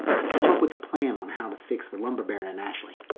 i've come up with a plan on how to fix lumber baron and ashley.